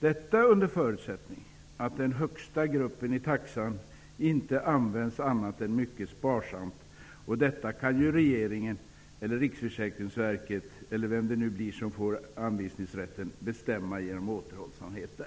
detta under förutsättning att den högsta gruppen i taxan inte används annat än mycket sparsamt. Detta kan regeringen eller Riksförsäkringsverket, eller vem det nu är som får anvisningsrätten, bestämma genom återhållsamhet.